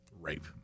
rape